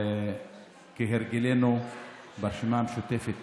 כהרגלנו ברשימה המשותפת,